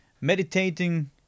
meditating